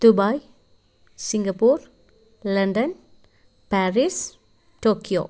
Dubai Singapore London Paris Tokyo